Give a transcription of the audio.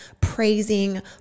praising